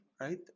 right